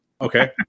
Okay